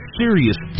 serious